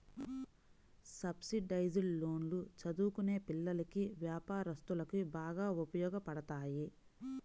subsidised లోన్లు చదువుకునే పిల్లలకి, వ్యాపారస్తులకు బాగా ఉపయోగపడతాయి